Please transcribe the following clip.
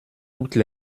toutes